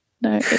no